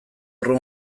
room